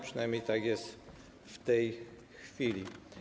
Przynajmniej tak jest w tej chwili.